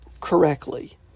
correctly